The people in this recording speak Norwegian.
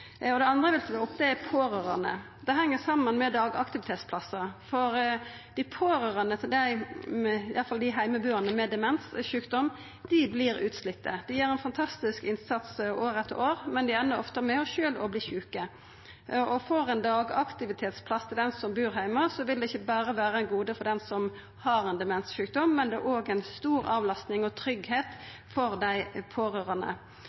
dag. Det andre eg vil ta opp, er pårørande. Det heng saman med dagaktivitetsplassar, for dei pårørande til iallfall dei heimebuande med demenssjukdom vert utslitne. Dei gjer ein fantastisk innsats år etter år, men dei endar ofte sjølv med å verta sjuke. Får ein dagaktivitetsplass til ein som bur heime, vil det ikkje berre vera eit gode for den som har ein demenssjukdom, men det er òg ei stor avlasting og gir tryggleik for dei pårørande. No ventar vi ein